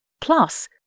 Plus